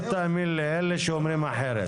אל תאמין לאלה שאומרים אחרת.